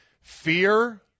Fear